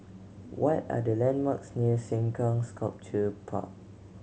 what are the landmarks near Sengkang Sculpture Park